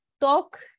talk